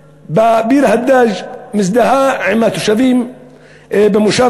ביר-הדאג' המשטרה מזדהה עם התושבים במושב